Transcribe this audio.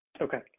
Okay